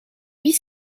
huit